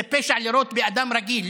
זה פשע לירות באדם רגיל,